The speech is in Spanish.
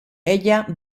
ella